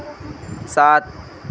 सात